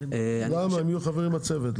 הם יהיו חברים בצוות.